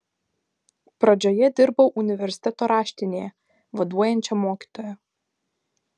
pradžioje dirbau universiteto raštinėje vaduojančia mokytoja